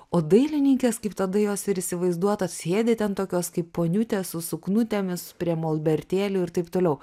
o dailininkės kaip tada jos ir įsivaizduotos sėdi ten tokios kaip poniutės su suknutėmis prie molbertėlių ir taip toliau